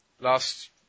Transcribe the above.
Last